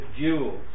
jewels